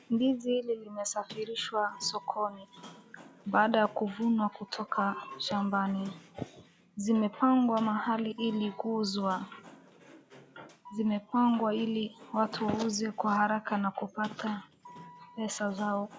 Ndizi hili limesafirishwa sokoni baada ya kuvunwa kutoka shambani. Zimepangwa mahali ili kuuzwa. Zimepangwa ili watu wauze kwa haraka na kupata pesa zao.